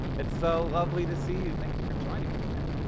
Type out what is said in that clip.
it's so lovely to see you. thank you for joining me today.